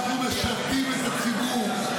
שאנחנו משפים את הציבור,